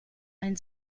einen